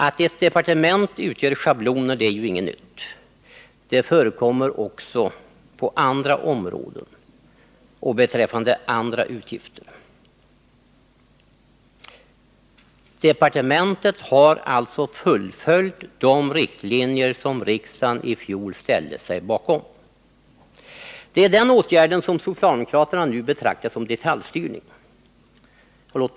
Att ett departement anger schabloner är inget nytt. Det förekommer också på andra områden och beträffande andra utgifter. Departementet har alltså fullföljt de riktlinjer som riksdagen i fjol ställde sig bakom. Det är den åtgärden som socialdemokraterna nu betraktar som detaljstyrning.